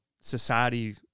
society